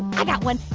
i got one.